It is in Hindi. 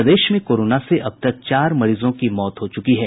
प्रदेश में कोरोना से अब तक चार मरीजों की मौत हो चुकी है